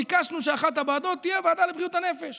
וביקשנו שאחת הוועדות תהיה הוועדה לבריאות הנפש